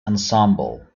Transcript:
ensemble